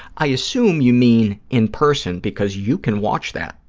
i assume you mean in person because you can watch that.